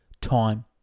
time